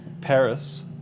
Paris